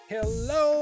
Hello